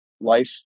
life